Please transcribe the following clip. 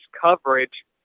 coverage